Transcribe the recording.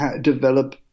develop